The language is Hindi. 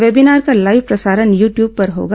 वेबीनार का लाइव प्रसारण यू द्यूब पर होगा